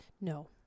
no